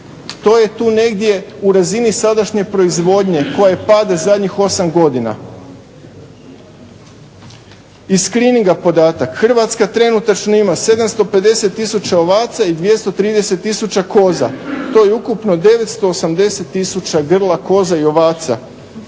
To je tu negdje u razini sadašnje proizvodnje koja pada zadnjih 8 godina. Iz screeninga podatak "Hrvatska trenutno ima 750 tisuća ovaca i 230 tisuća koza. To je ukupno 980 grla koza i ovaca."